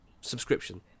subscription